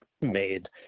made